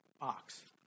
ox